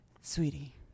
Sweetie